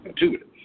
Intuitive